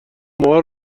مار